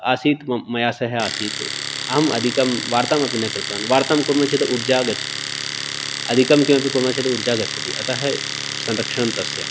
आसीत् मं मया सह आसीत् अहम् अधिकं वार्ताम् अपि न कृतवान् वार्तां कुर्मः चेत् ऊर्जा गच्छति अधिकं किमपि कुर्मः चेत् ऊर्जा गच्छति अतः संरक्षणं तस्य